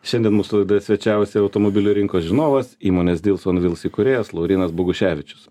šiandien mūsų laidoje svečiavosi automobilių rinkos žinovas įmonės deals on wheels įkūrėjas laurynas boguševičius